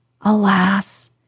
alas